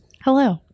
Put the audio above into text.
hello